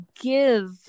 give